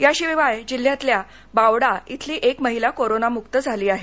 या शिवाय शिल्ह्यातील बावडा इथली एक महिला कोरोना मुक्त झाली आहे